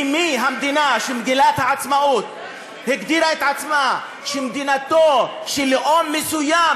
כי המדינה שבמגילת העצמאות הגדירה את עצמה כמדינתו של לאום מסוים,